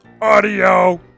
AUDIO